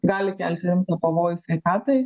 gali kelti rimtą pavojų sveikatai